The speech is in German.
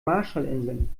marshallinseln